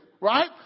right